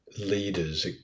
leaders